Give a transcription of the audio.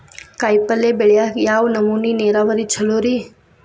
ಕಾಯಿಪಲ್ಯ ಬೆಳಿಯಾಕ ಯಾವ ನಮೂನಿ ನೇರಾವರಿ ಛಲೋ ರಿ?